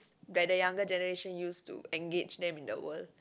that the younger generation use to engage them in the world